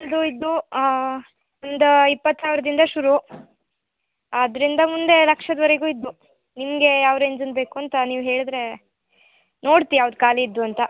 ಇದು ಇದು ಒಂದು ಇಪ್ಪತ್ತು ಸಾವಿರದಿಂದ ಶುರು ಅದರಿಂದ ಮುಂದೆ ಲಕ್ಷದವರೆಗೂ ಇದ್ದು ನಿಮಗೆ ಯಾವ ರೇಂಜಲ್ಲಿ ಬೇಕು ಅಂತ ನೀವು ಹೇಳಿದ್ರೆ ನೋಡ್ತೆ ಯಾವ್ದು ಖಾಲಿ ಇದ್ವು ಅಂತ